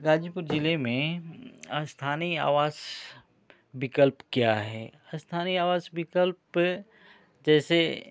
गाज़ीपुर जिले में स्थानीय आवास विकल्प क्या है स्थानीय आवास विकल्प जैसे